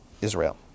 Israel